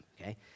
okay